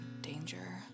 danger